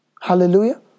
Hallelujah